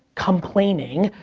complaining,